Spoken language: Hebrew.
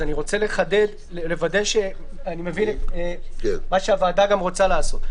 אני רוצה לוודא מה הוועדה רוצה לעשות.